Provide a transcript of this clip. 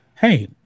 hey